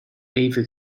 even